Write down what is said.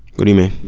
what do you mean?